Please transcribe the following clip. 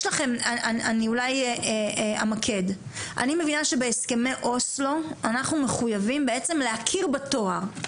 אני מבינה שבהסכמי אוסלו אנחנו מחוייבים בעצם להכיר בתואר.